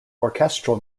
orchestral